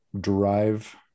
drive